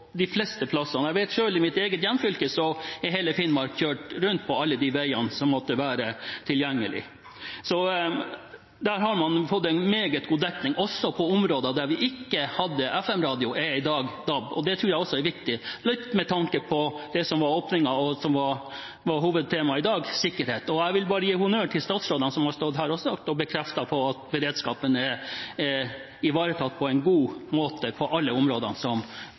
de fleste stedene. Jeg vet at selv i hele Finnmark – mitt eget hjemfylke – er det kjørt rundt på alle de veiene som måtte være tilgjengelige, så der har man fått en meget god dekning. Også på områder der vi ikke hadde FM-radio, er det i dag DAB. Det tror jeg er også viktig med tanke på det som var åpningen – hovedtemaet – i dag: sikkerhet. Jeg vil gi honnør til statsrådene som har stått her og bekreftet at beredskapen er ivaretatt på en god måte på alle områdene, som